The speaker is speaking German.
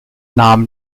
nahm